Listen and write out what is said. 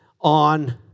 on